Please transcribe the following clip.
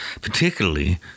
particularly